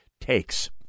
takes